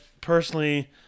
personally